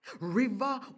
River